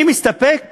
אני מסתפק